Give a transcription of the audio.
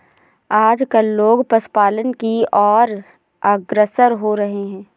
आजकल लोग पशुपालन की और अग्रसर हो रहे हैं